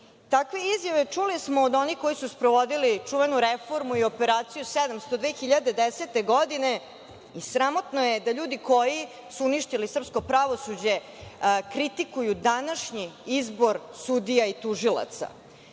Takve izjave čuli smo od onih koji su sprovodili čuvenu reformu i „operaciju 700“ 2010. godine. Sramotno je da ljudi koji su uništili srpsko pravosuđe kritikuju današnji izbor sudija i tužilaca.